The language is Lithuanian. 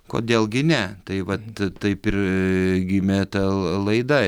kodėl gi ne tai vat taip ir gimė ta laida